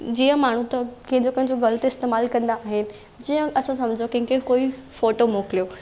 जीअं माण्हू त कंहिंजो कंहिंजो ग़लति इस्तेमालु कंदा आहिनि जीअं असां सम्झो कंहिंखे कोई फोटो मोकिलियो